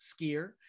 skier